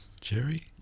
Jerry